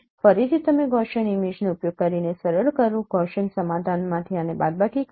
ફરીથી તમે ગૌસીયન ઇમેજનો ઉપયોગ કરીને સરળ કરો ગૌસીયન સમાધાનમાંથી આને બાદબાકી કરો